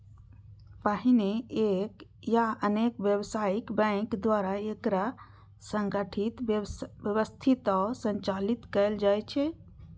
पहिने एक या अनेक व्यावसायिक बैंक द्वारा एकरा संगठित, व्यवस्थित आ संचालित कैल जाइ छै